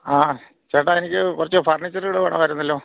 ആ ചേട്ടാ എനിക്ക് കുറച്ച് ഫർണിച്ചറ് കൂടെ വേണമായിരുന്നല്ലോ